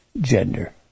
gender